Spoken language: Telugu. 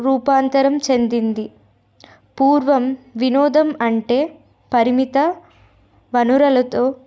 రూపాంతరం చెందింది పూర్వం వినోదం అంటే పరిమిత వనరులతో